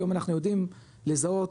היום אנחנו יודעים לזהות